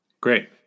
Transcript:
Great